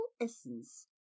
essence